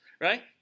right